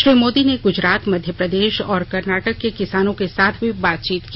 श्री मोदी ने गुजरात मध्य प्रदेश और कर्नाटक के किसानों के साथ भी बातचीत की